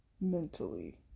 mentally